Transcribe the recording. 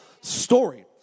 story